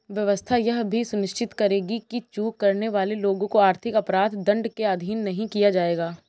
व्यवस्था यह भी सुनिश्चित करेगी कि चूक करने वाले लोगों को आर्थिक अपराध दंड के अधीन नहीं किया जाएगा